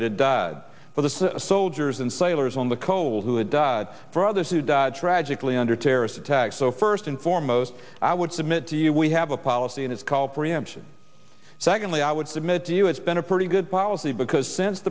that had died for the soldiers and sailors on the cole who had died for others who died tragically under terrorist attack so first and foremost i would submit to you we have a policy and it's called preemption secondly i would submit to you it's been a pretty good policy because since